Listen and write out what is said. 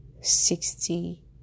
sixty